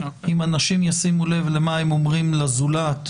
אם אנשים ישימו לב למה הם אומרים לזולת,